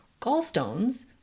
Gallstones